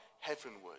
heavenward